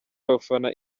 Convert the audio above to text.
abafana